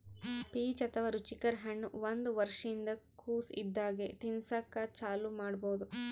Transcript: peach ಅಥವಾ ರುಚಿಕರ ಹಣ್ಣ್ ಒಂದ್ ವರ್ಷಿನ್ದ್ ಕೊಸ್ ಇದ್ದಾಗೆ ತಿನಸಕ್ಕ್ ಚಾಲೂ ಮಾಡಬಹುದ್